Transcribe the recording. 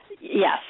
Yes